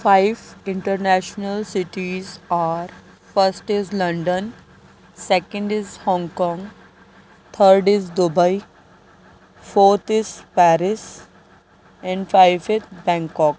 five inter national cities are first is London second is Hong Kong third is Dubai forth is Paris and five is Bangkok